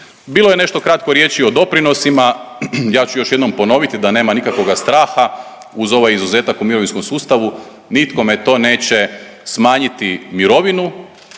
Bilo je nešto kratko riječi o doprinosima, ja ću još jednom ponoviti da nema nikakvoga straha uz ovaj izuzetak u mirovinskom sustavu, nitkome to neće smanjiti mirovinu,